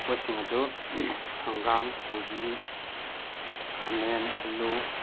ꯄꯣꯠꯁꯤꯡ ꯑꯗꯨ ꯍꯪꯒꯥꯝ ꯀꯣꯕꯤ ꯈꯥꯃꯦꯟ ꯑꯥꯜꯂꯨ